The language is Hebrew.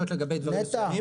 נטע,